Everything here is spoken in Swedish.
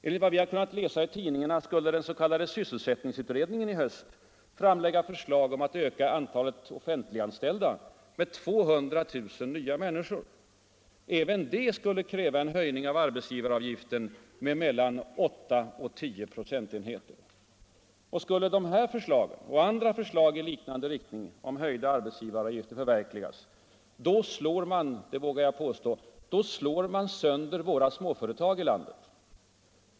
Enligt vad vi har kunnat läsa i tidningarna skulle den s.k. sysselsättningsutredningen i höst framlägga förslag om att öka antalet offentliganställda med 200 000 människor. Även det skulle kräva en höjning av arbetsgivaravgiften med mellan 8 och 10 procentenheter. Skulle de förslagen och andra förslag i liknande riktning om höjda arbetsgivaravgifter förverkligas slår man, vågar jag påstå, sönder våra småföretag här i landet.